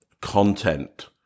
content